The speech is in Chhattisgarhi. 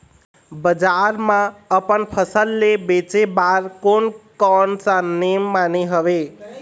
बजार मा अपन फसल ले बेचे बार कोन कौन सा नेम माने हवे?